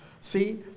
See